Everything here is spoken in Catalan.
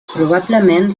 probablement